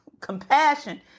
Compassion